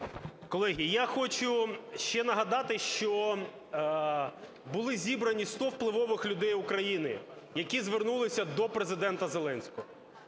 Колеги, я хочу ще нагадати, що були зібрані сто впливових людей України, які звернулися до Президента Зеленського.